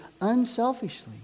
unselfishly